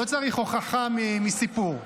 לא צריך הוכחה מסיפור.